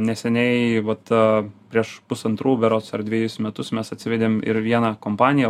neseniai vat prieš pusantrų berods ar dvejus metus mes atsivedėm ir vieną kompaniją